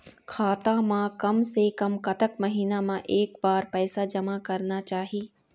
खाता मा कम से कम कतक महीना मा एक बार पैसा जमा करना चाही?